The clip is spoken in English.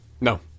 No